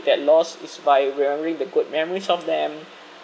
that loss is by remembering the good memories of them